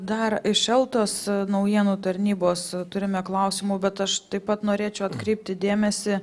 dar iš eltos naujienų tarnybos turime klausimų bet aš taip pat norėčiau atkreipti dėmesį